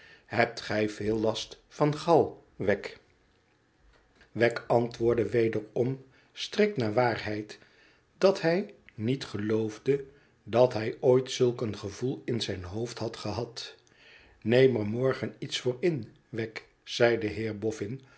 hebt gij veel last van gal wegg wegg antwoordde wederom strikt naar waarheid dat hij niet geloofde dat hij ooit zulk een gevoel in zijn hoofd had gehad neem er morgen iets voor in wegg zei de